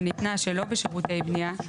שניתנה שלא בשירותי בניה,